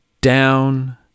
down